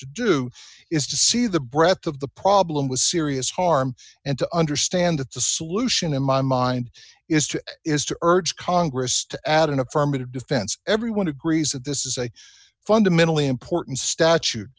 to do is to see the breadth of the problem with serious harm and to understand that the solution in my mind is to is to urge congress to add an affirmative defense everyone agrees that this is a fundamentally important statute